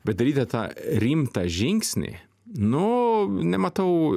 bet daryti tą rimtą žingsnį nu nematau